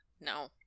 no